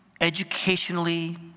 educationally